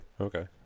Okay